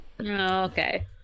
okay